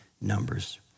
Numbers